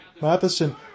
Matheson